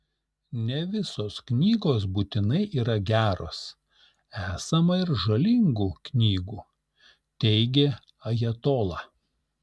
ne visos knygos būtinai yra geros esama ir žalingų knygų teigė ajatola